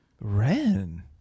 Ren